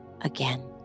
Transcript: again